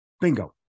Bingo